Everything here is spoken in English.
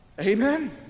Amen